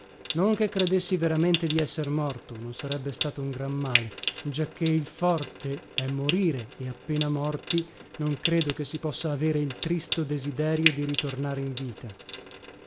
che credessi veramente di esser morto non sarebbe stato un gran male giacché il forte è morire e appena morti non credo che si possa avere il tristo desiderio di ritornare in vita